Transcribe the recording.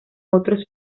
otros